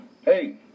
hey